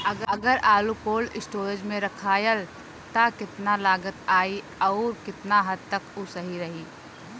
अगर आलू cold storage में रखायल त कितना लागत आई अउर कितना हद तक उ सही रही?